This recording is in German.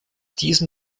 diesem